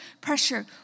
pressure